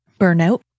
Burnout